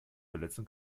verletzen